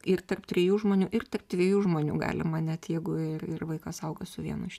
ir tarp trijų žmonių ir tarp dviejų žmonių galima net jeigu ir ir vaikas auga su vienu iš